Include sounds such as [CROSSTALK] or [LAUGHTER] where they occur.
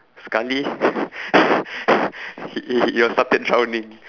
sekali [LAUGHS] [BREATH] he was started drowning